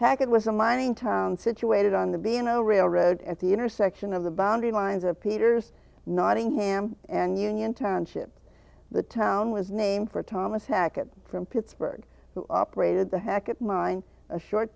heck it was a mining town situated on the being of the railroad at the intersection of the boundary lines of peter's nottingham and union township the town was named for thomas hackett from pittsburgh operated the hack at mine a short